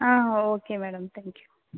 ah okay madam thank you